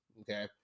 Okay